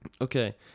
Okay